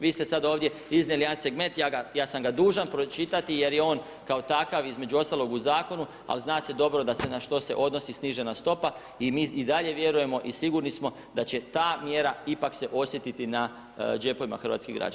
Vi ste sad ovdje iznijeli jedan segment, ja sam ga dužan pročitati jer je on kao takav, između ostalog u Zakonu, ali zna se dobro na što se odnosi snižena stopa i mi i dalje vjerujemo i sigurni smo da će ta mjera ipak se osjetiti na džepovima hrvatskih građana.